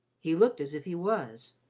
he looked as if he was.